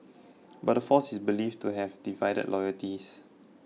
but the force is believed to have divided loyalties